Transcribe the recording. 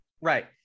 right